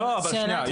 לא, אבל שנייה.